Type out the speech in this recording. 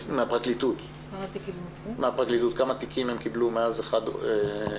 מהפרקליטות כמה תיקים הם קיבלו מאז 1 בינואר